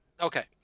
Okay